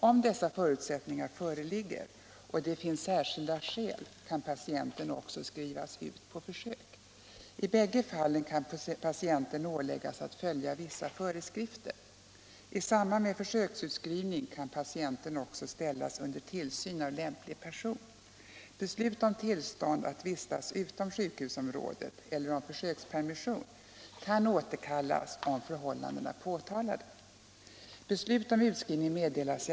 Om dessa förutsättningar föreligger och det finns särskilda skäl, kan patienten också skrivas ut på försök. I bägge fallen kan patienten åläggas att följa vissa föreskrifter. I samband med försöksutskrivning kan patienten också ställas under tillsyn av lämplig person. Beslut om tillstånd att vistas utom sjukhusområdet eller om försökspermission kan återkallas om förhållandena påkallar det.